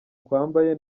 twambaye